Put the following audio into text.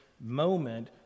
moment